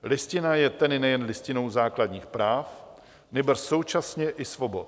Listina je tedy nejen listinou základních práv, nýbrž současně i svobod.